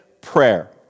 prayer